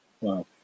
Wow